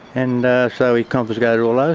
and ah so he confiscated all those.